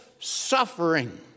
suffering